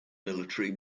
military